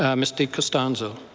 ms. dicostanzo.